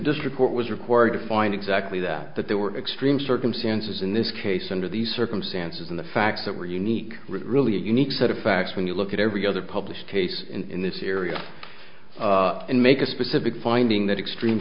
district court was required to find exactly that that there were extreme circumstances in this case under these circumstances and the facts that were unique really unique set of facts when you look at every other published case in this area and make a specific finding that extreme